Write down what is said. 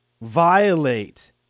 violate